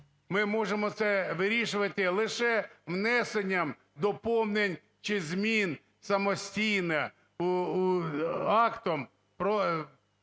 Ми можемо це вирішувати лише внесенням доповнень чи змін самостійно, актом